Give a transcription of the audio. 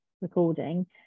recording